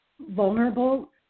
vulnerable